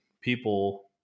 people